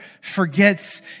forgets